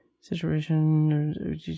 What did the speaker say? situation